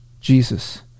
Jesus